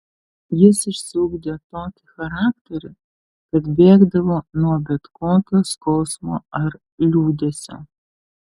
jis išsiugdė tokį charakterį kad bėgdavo nuo bet kokio skausmo ar liūdesio